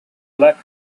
black